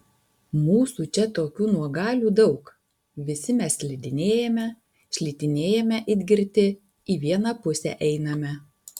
mūsų čia tokių nuogalių daug visi mes slidinėjame šlitinėjame it girti į vieną pusę einame